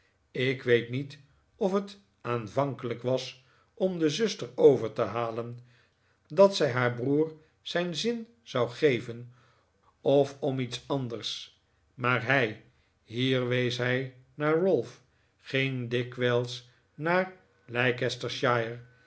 ik weet niet of het aanvankelijk was bm de zuster over te halen dat zij haar broer zijn zin zou geven of om iets anders maar hij hier wees hij naar ralph ging dikwijls naar leicestershire